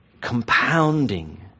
compounding